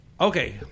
okay